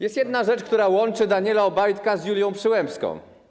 Jest jedna rzecz, która łączy Daniela Obajtka z Julią Przyłębską.